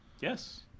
Yes